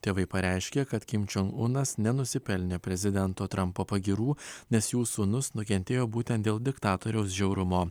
tėvai pareiškė kad kimčion unas nenusipelnė prezidento trampo pagyrų nes jų sūnus nukentėjo būtent dėl diktatoriaus žiaurumo